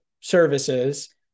services